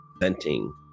venting